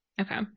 Okay